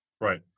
Right